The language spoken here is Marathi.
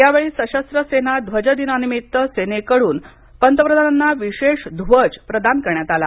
यावेळी सशस्त्र सेना ध्वजदिनानिमित्त सेनेकडन पंतप्रधानांना विशेष ध्वज प्रदान करण्यात आला